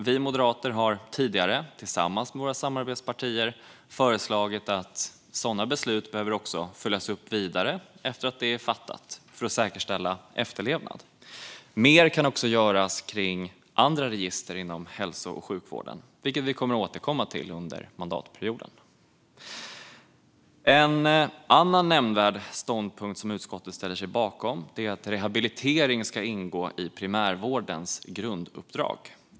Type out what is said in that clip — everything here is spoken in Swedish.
Vi moderater har tidigare, tillsammans med våra samarbetspartier, föreslagit att sådana beslut följs upp efter det att de fattats, för att säkerställa efterlevnaden. Mer kan också göras kring andra register inom hälso och sjukvården, vilket vi kommer att återkomma till under mandatperioden. En annan nämnvärd ståndpunkt som utskottet ställer sig bakom är att rehabilitering ska ingå i primärvårdens grunduppdrag.